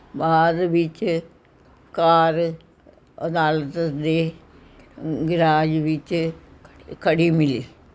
ਬਾਅਦ ਵਿੱਚ ਕਾਰ ਅਦਾਲਤ ਦੇ ਗੈਰਾਜ ਵਿੱਚ ਖੜ੍ਹੀ ਮਿਲੀ